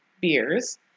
beers